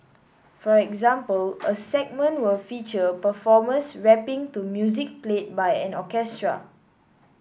for example a segment will feature performers rapping to music played by an orchestra